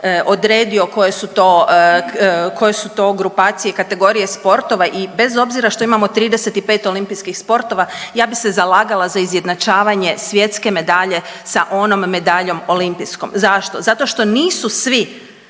su to, koje su to grupacije i kategorije sportova i bez obzira što imamo 35 olimpijskih sportova ja bi se zalagala za izjednačavanje svjetske medalje sa onom medaljom olimpijskom. Zašto? Zato što nisu svi